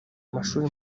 mashuri